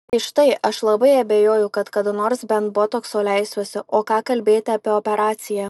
tai štai aš labai abejoju kad kada nors bent botokso leisiuosi o ką kalbėti apie operaciją